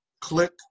Click